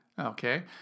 Okay